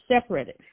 separated